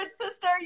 sister